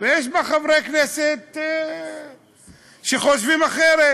ויש בה חברי כנסת שחושבים אחרת.